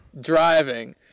driving